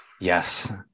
Yes